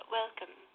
welcome